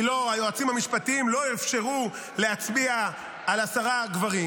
כי היועצים המשפטיים לא אפשרו להצביע על עשרה גברים.